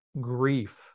grief